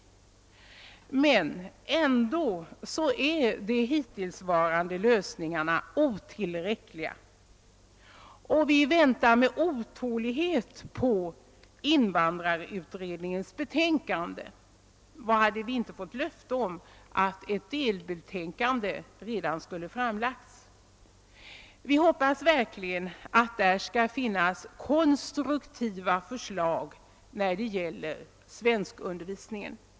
Ändå är de hittillsvarande lösningarna otillräckliga, och vi väntar med otålighet på invandrarutredningens betänkande — vi har fått löfte om att ett delbetänkande redan skulle ha framlagts. Vi hoppas verkligen att där skall finnas konstruktiva förslag när det gäller svenskundervisningen.